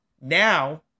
now